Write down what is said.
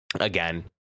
again